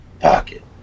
Pocket